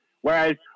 Whereas